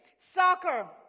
soccer